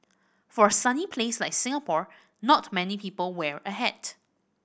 for a sunny place like Singapore not many people wear a hat